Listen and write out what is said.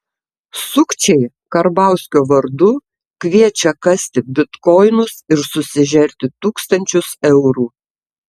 sukčiai karbauskio vardu kviečia kasti bitkoinus ir susižerti tūkstančius eurų